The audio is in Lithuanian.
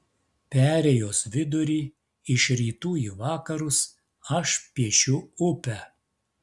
perėjos vidurį iš rytų į vakarus aš piešiu upę